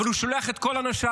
אבל הוא שולח את כל אנשיו,